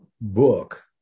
book